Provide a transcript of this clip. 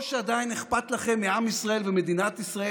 או שעדיין אכפת לכם מעם ישראל ומדינת ישראל,